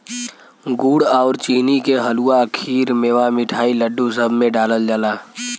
गुड़ आउर चीनी के हलुआ, खीर, मेवा, मिठाई, लड्डू, सब में डालल जाला